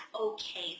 okay